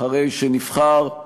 אחרי שנבחר,